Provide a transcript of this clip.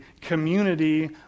community